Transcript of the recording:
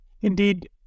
indeed